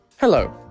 Hello